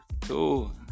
two